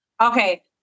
Okay